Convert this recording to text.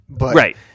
Right